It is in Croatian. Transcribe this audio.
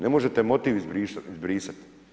Ne možete motiv izbrisat.